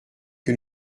que